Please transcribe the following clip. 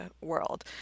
world